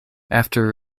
after